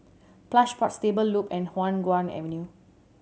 Plush Pods Stable Loop and Hua Guan Avenue